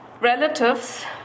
relatives